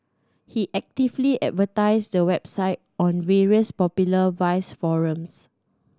he actively advertised the website on various popular vice forums